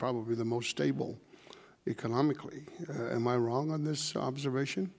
probably the most stable economically and my wrong on this observation